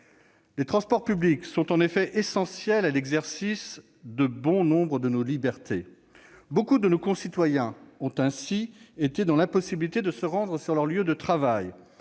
Les transports publics sont en effet essentiels à l'exercice de bon nombre de nos libertés. Beaucoup de nos concitoyens ont ainsi été dans l'impossibilité de se rendre sur leur lieu de travail.